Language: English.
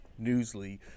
Newsly